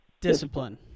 Discipline